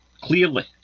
clearly